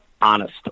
honest